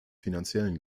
finanziellen